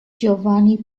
giovanni